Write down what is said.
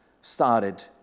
started